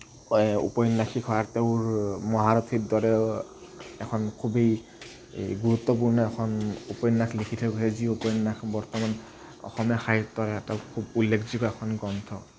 উপন্যাসিক হয় আৰু তেঁওৰ মহাৰথীৰ দৰে এখন খুবেই গুৰুত্বপূৰ্ণ এখন উপন্যাস লিখি থৈ গৈছে যি উপন্যাস বৰ্তমান অসমীয়া সাহিত্যৰ এটা খুব উল্লেখযোগ্য এখন গ্ৰন্থ